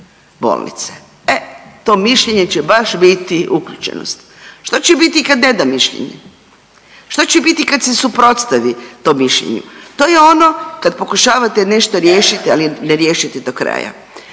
E to mišljenje će baš biti uključenost. Što će biti kad ne da mišljenje, što će biti kad se suprotstavi tom mišljenju? To je ono kad pokušavate nešto riješiti, ali ne riješite do kraja.